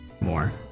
more